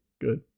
Good